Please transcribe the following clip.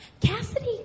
Cassidy